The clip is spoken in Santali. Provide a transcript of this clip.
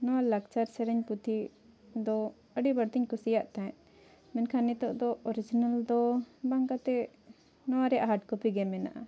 ᱱᱚᱣᱟ ᱞᱟᱠᱪᱟᱨ ᱥᱮᱨᱮᱧ ᱯᱩᱛᱷᱤ ᱫᱚ ᱟᱹᱰᱤ ᱵᱟᱹᱲᱛᱤᱧ ᱠᱩᱥᱤᱭᱟᱜ ᱛᱟᱦᱮᱸᱫ ᱢᱮᱱᱠᱷᱟᱱ ᱱᱤᱛᱳᱜ ᱫᱚ ᱚᱨᱤᱡᱤᱱᱮᱞ ᱫᱚ ᱵᱟᱝ ᱠᱟᱛᱮᱫ ᱱᱚᱣᱟ ᱨᱮᱭᱟᱜ ᱦᱟᱨᱰ ᱠᱚᱯᱤᱜᱮ ᱢᱮᱱᱟᱜᱼᱟ